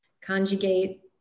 conjugate